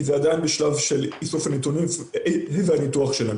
כי זה עדיין בשלב של איסוף הנתונים והניתוח שלהם.